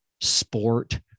sport